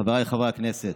חבריי חברי הכנסת,